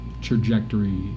trajectory